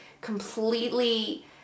completely